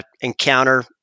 encounter